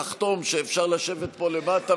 תחתום שאפשר לשבת פה למטה,